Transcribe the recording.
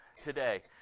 today